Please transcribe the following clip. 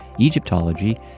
Egyptology